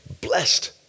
blessed